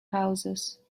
houses